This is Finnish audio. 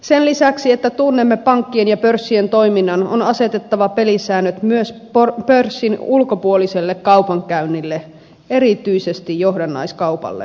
sen lisäksi että tunnemme pankkien ja pörssien toiminnan on asetettava pelisäännöt myös pörssin ulkopuoliselle kaupankäynnille erityisesti johdannaiskaupalle